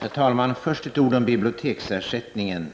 Herr talman! Först några ord om biblioteksersättningen.